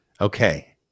Okay